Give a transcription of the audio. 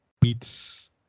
beats